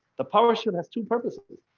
the powershell has two purposes.